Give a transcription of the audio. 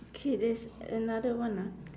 K there's another one ah